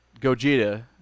Gogeta